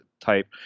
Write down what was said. Type